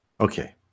Okay